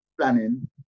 planning